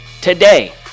today